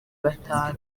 batanu